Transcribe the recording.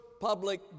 public